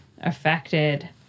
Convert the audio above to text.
affected